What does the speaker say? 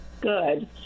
Good